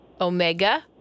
Omega